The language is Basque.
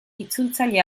itzultzaile